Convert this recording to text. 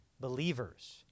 believers